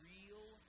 Real